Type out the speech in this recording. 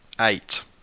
eight